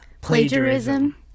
plagiarism